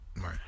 Right